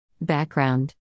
Background